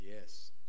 Yes